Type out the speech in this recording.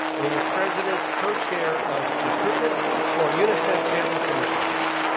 and he was president co-chair of recruitment for unicef campus initiatives.